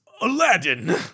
Aladdin